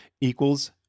equals